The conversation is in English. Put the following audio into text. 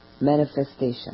manifestation